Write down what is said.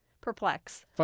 perplex